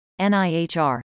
NIHR